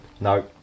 No